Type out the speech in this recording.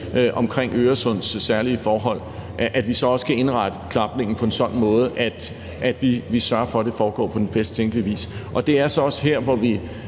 om Øresunds særlige forhold, så også kan indrette klapningen på en sådan måde, at vi sørger for, at det foregår på den bedst tænkelige vis. Det er så også her, hvor vi